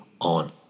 on